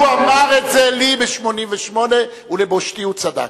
הוא אמר את זה לי ב-1988, ולבושתי הוא צדק,